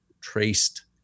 traced